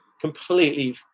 completely